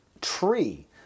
tree